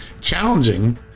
challenging